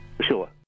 Sure